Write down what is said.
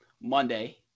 Monday